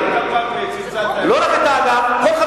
אתה פעם צלצלת אלי?